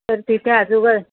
तर तिथे आजूबा